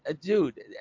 dude